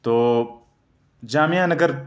تو جامعہ نگر